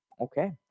Okay